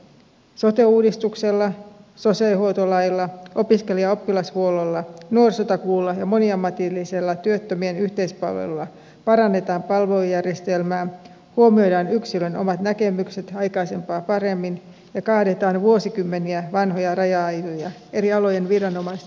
sote uudistuksella sosiaalihuoltolailla opiskelija ja oppilashuollolla nuorisotakuulla ja moniammatillisella työttömien yhteispalvelulla parannetaan palvelujärjestelmää huomioidaan yksilön omat näkemykset aikaisempaa paremmin ja kaadetaan vuosikymmeniä vanhoja raja aitoja eri alojen viranomaisten väliltä